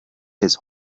his